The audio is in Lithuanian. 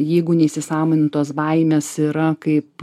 jeigu neįsisąmonintos baimės yra kaip